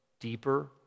deeper